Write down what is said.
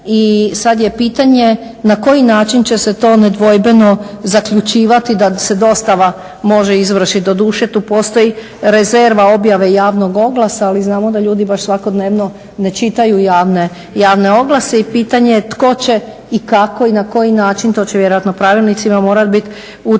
i sad je pitanje na koji način će sto to nedvojbeno zaključivati da se dostava može izvršiti. Doduše tu postoji rezerva objave javnog oglasa ali znamo da ljudi baš svakodnevno ne čitaju javne oglase. I pitanje je tko će i kako i na koji način, to će vjerojatno pravilnicima morat bit utvrđeno